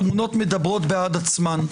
התמונות מדברות בעד עצמן.